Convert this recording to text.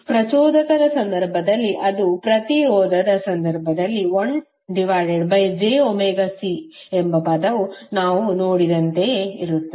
ಪ್ರಚೋದಕದ ಸಂದರ್ಭದಲ್ಲಿ ಅಥವಾ ಪ್ರತಿರೋಧದ ಸಂದರ್ಭದಲ್ಲಿ 1jωC ಎಂಬ ಪದವು ನಾವು ನೋಡಿದಂತೆಯೇ ಇರುತ್ತದೆ